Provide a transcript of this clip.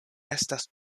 estas